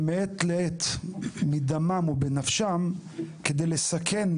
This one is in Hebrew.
ומעת לעת מדמם ובנפשם, כדי לסכן